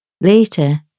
Later